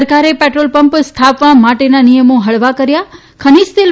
સરકારે petrol pump સ્થાપ્વા માટેના નિયમો હળવા કર્યા ખની તેલ